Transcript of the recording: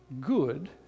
good